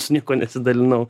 su niekuo nesidalinau